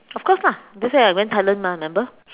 of course lah this year I'm going Thailand mah remember